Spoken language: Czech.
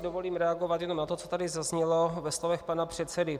Dovolím si reagovat jenom na to, co tady zaznělo ve slovech předsedy.